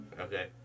Okay